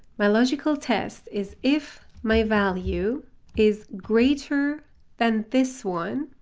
my logical test is if my value is greater than this one,